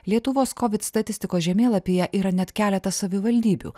lietuvos kovid statistikos žemėlapyje yra net keletas savivaldybių